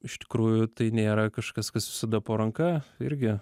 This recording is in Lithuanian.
iš tikrųjų tai nėra kažkas kas visada po ranka irgi